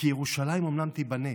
"כי ירושלים אומנם תיבנה